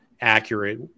accurate